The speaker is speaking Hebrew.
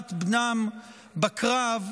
נפילת בנם בקרב,